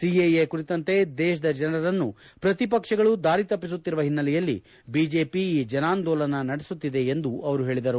CAA ಕುರಿತಂತೆ ದೇಶದ ಜನರನ್ನು ಪ್ರತಿಪಕ್ಷಗಳು ದಾರಿತಪ್ಪಿಸುತ್ತಿರುವ ಹಿನ್ನೆಲೆಯಲ್ಲಿ ಬಿಜೆಪಿ ಈ ಜನಾಂದೋಲನ ನಡೆಸುತ್ತಿದೆ ಎಂದು ಅವರು ಹೇಳಿದರು